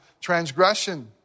transgression